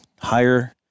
higher